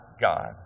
God